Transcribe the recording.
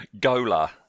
Gola